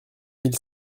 mille